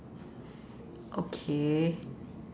okay